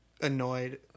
annoyed